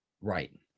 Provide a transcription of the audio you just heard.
right